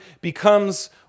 becomes